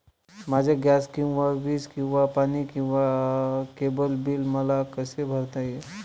माझे गॅस किंवा वीज किंवा पाणी किंवा केबल बिल मला कसे भरता येईल?